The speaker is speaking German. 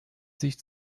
sich